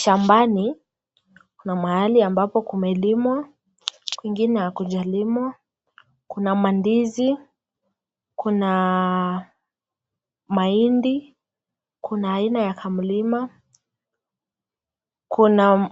Shambani kina mahali ambapo pamelimwa, kwingine hakujalimwa, kuna mandizi ,kuna mahindi , kuna aina ya kamlima, kuna